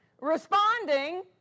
responding